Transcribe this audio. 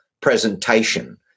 presentation